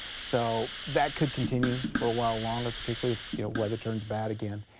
so that could continue for a while longer, particularly if weather turns bad again.